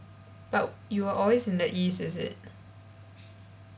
but you are always in the east is it